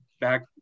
back